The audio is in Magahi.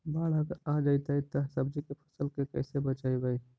बाढ़ अगर आ जैतै त सब्जी के फ़सल के कैसे बचइबै?